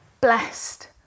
blessed